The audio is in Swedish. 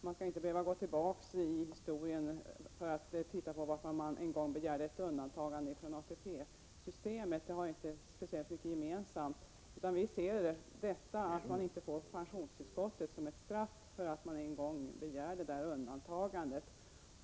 Man skall inte behöva gå tillbaka i historien och undersöka varför de en gång i tiden begärde ett undantagande från ATP-systemet. Det har inte speciellt mycket med saken att göra. Vi ser det förhållandet att de inte får pensionstillskott som ett straff för att de en gång begärde detta undantagande.